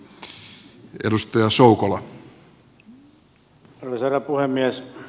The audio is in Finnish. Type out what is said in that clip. arvoisa herra puhemies